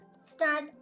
start